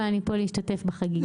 אבל אני פה להשתתף בחגיגה).